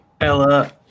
Ella